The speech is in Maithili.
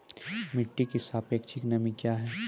मिटी की सापेक्षिक नमी कया हैं?